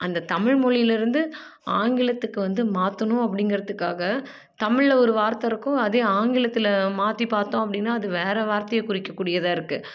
அந்த தமிழ்மொழியிலேருந்து ஆங்கிலத்துக்கு வந்து மாற்றணும் அப்படிங்கிறதுக்காக தமிழில் ஒரு வார்த்தை இருக்கும் அதே ஆங்கிலத்தில் மாற்றி பார்த்தோம் அப்படின்னா அது வேறு வார்த்தையாக குறிக்கக்கூடியதாக இருக்குது